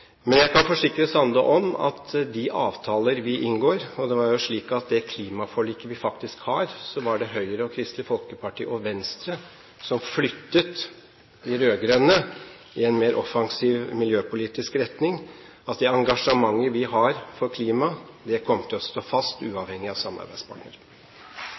Men jeg kan forsikre Sande om at de avtaler vi inngår – og det var jo slik at i det klimaforliket vi faktisk har, var det Høyre, Kristelig Folkeparti og Venstre som flyttet de rød-grønne i en mer offensiv miljøpolitisk retning – og det engasjementet vi har for klima, kommer til å stå fast